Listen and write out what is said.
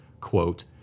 quote